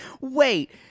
wait